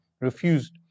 refused